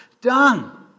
done